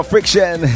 Friction